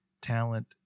talent